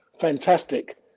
Fantastic